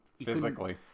physically